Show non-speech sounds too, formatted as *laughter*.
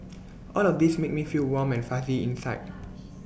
all of these make me feel warm and fuzzy inside *noise*